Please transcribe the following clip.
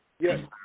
Yes